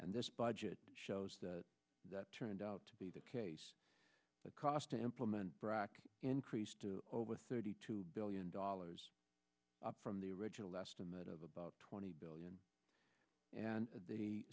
and this budget shows that turned out to be the case the cost to implement brac increased to over thirty two billion dollars up from the original estimate of about twenty billion and the